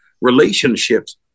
relationships